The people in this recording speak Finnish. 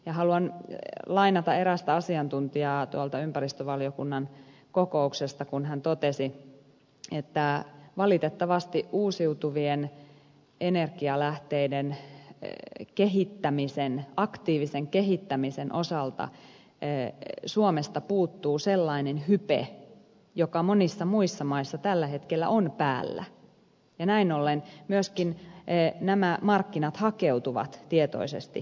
ja haluan lainata erästä asiantuntijaa tuolta ympäristövaliokunnan kokouksesta kun hän totesi että valitettavasti uusiutuvien energialähteiden aktiivisen kehittämisen osalta suomesta puuttuu sellainen hype joka monissa muissa maissa tällä hetkellä on päällä ja näin ollen myöskin nämä markkinat hakeutuvat tietoisesti muualle